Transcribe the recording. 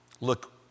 Look